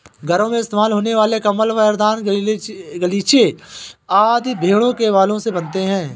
घरों में इस्तेमाल होने वाले कंबल पैरदान गलीचे आदि भेड़ों के बालों से बनते हैं